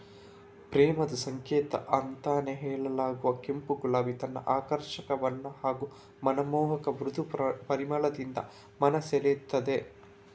ಪ್ರೇಮದ ಸಂಕೇತ ಅಂತಾನೇ ಹೇಳಲಾಗುವ ಕೆಂಪು ಗುಲಾಬಿ ತನ್ನ ಆಕರ್ಷಕ ಬಣ್ಣ ಹಾಗೂ ಮನಮೋಹಕ ಮೃದು ಪರಿಮಳದಿಂದ ಮನ ಸೆಳೀತದೆ